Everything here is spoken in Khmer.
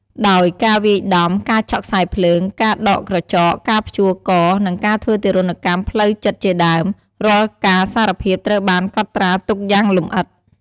ដោយ ការវាយដំ ការឆក់ខ្សែភ្លើង ការដកក្រចក ការព្យួរក និងការធ្វើទារុណកម្មផ្លូវចិត្តជាដើម រាល់ការសារភាពត្រូវបានកត់ត្រាទុកយ៉ាងលម្អិត។